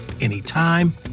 anytime